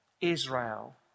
Israel